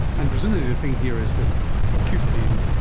and presumably the thing here is that acute pain,